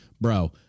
bro